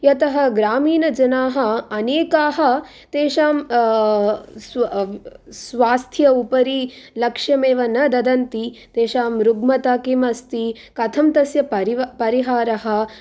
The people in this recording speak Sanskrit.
यतः ग्रामीणजनाः अनेकाः तेषाम् स्व स्वास्थ्य उपरि लक्ष्यमेव न ददन्ति तेषां रुग्मता किम् अस्ति कथं तस्य परि परिहारः